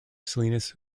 salinas